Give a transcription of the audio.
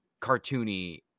cartoony